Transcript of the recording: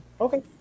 okay